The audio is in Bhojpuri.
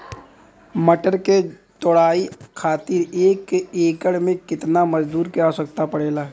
मटर क तोड़ाई खातीर एक एकड़ में कितना मजदूर क आवश्यकता पड़ेला?